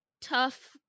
tough